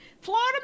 Florida